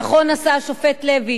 נכון עשה השופט לוי